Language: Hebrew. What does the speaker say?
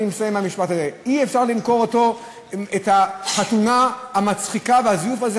אני מסיים במשפט הזה: אי-אפשר למכור את החתונה המצחיקה והזיוף הזה,